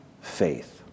faith